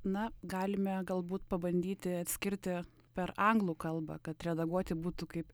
na galime galbūt pabandyti atskirti per anglų kalbą kad redaguoti būtų kaip